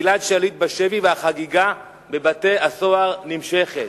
שגלעד שליט בשבי, והחגיגה בבתי-הסוהר נמשכת,